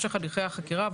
שרת החדשנות,